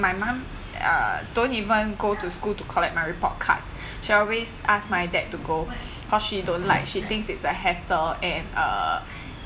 my mum uh don't even go to school to collect my report cards she always ask my dad to go cause she don't like she thinks it's a hassle and uh